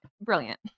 brilliant